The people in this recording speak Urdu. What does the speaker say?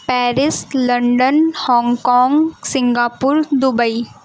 Paris London Hong Kong Singapore Dubai